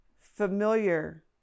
familiar